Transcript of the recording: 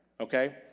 Okay